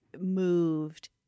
moved